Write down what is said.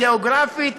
הגיאוגרפית,